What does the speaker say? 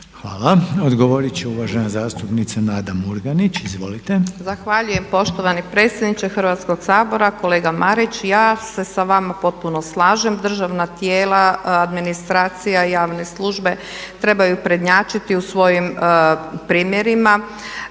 Hvala. Odgovorit će uvažena zastupnica Nada Murganić. Izvolite. **Murganić, Nada (HDZ)** Zahvaljujem poštovani predsjedniče Hrvatskog sabora. Kolega Marić, ja se sa vama potpuno slažem. Državna tijela, administracija, javne službe trebaju prednjačiti u svojim primjerima.